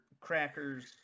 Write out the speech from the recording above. crackers